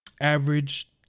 Average